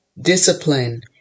discipline